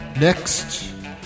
Next